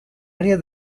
área